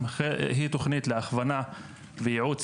כרגע היא מונחת על שולחן הממשלה,